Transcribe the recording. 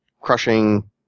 crushing